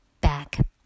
back